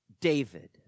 David